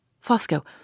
Fosco